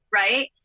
right